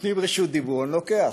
נותנים רשות דיבור, אני לוקח.